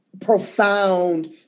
profound